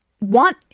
want